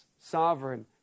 sovereign